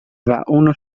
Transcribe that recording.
اونو